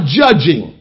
judging